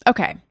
Okay